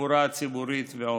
בתחבורה הציבורית ועוד.